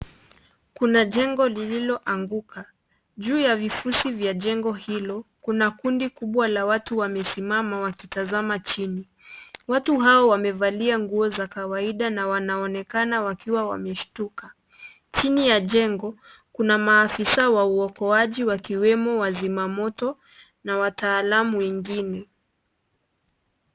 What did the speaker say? Kuna jengo lililo anguka juu ya vifusi ya jengo hilo kuna kundi kubwa la watu wamesimama wakitazama chini, watu hawa wamevalia nguo za kawaida na wanaonekana wakiwa wameshtuka, chini ya jengo kuna maafisa wa uokoaji wakiwemo wazima moto na wataalamu wengine.